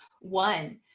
One